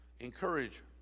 encourage